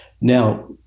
Now